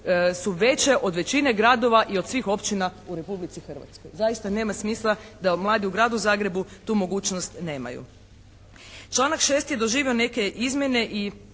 su veće od većine gradova i od svih općina u Republici Hrvatskoj. Zaista, nema smisla da mladi u Gradu Zagrebu tu mogućnost nemaju. Članak 6. je doživio neke izmjene i